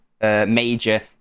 major